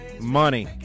Money